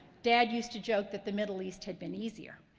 dad used to joke that the middle east had been easier.